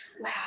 wow